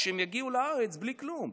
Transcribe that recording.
כשהם יגיעו לארץ בלי כלום,